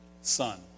son